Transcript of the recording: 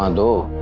um do